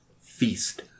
feast